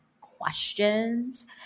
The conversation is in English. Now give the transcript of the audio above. questions